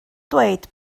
dweud